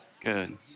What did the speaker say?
Good